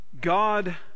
God